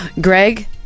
Greg